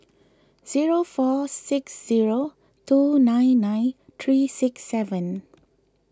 zero four six zero two nine nine three six seven